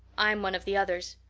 i'm one of the others.